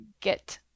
get